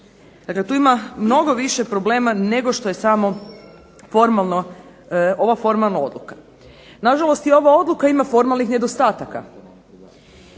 Dakle, tu ima mnogo više problema nego što je ovo samo formalna odluka. Na žalost ova odluka ima formalnih nedostataka.